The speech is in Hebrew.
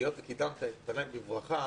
היות שקידמת את פניי בברכה,